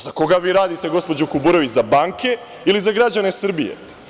Za koga vi radite, gospođo Kuburović, za banke ili za građane Srbije?